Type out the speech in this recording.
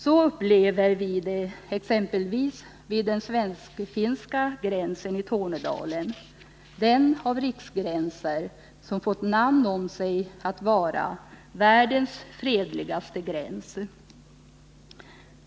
Så upplever vi det exempelvis vid den svensk-finska gränsen i Tornedalen, den riksgräns som fått namn om sig som världens fredligaste gräns.